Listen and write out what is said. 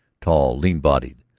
tall, lean-bodied,